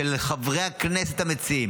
של חברי הכנסת המציעים,